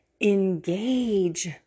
engage